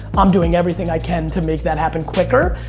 i'm doing everything i can to make that happen quicker.